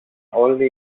όλη